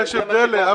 כן.